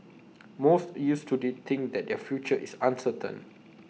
most youths today think that their future is uncertain